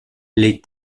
les